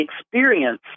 experience